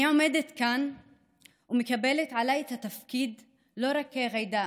אני עומדת כאן ומקבלת עליי את התפקיד לא רק כג'ידא,